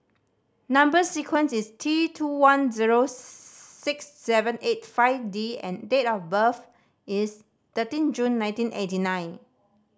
number sequence is T two one zero six seven eight five D and date of birth is thirteen June nineteen eighty nine